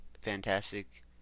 fantastic